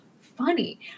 funny